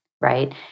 right